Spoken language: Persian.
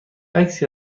عکسی